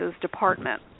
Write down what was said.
department